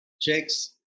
checks